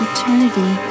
Eternity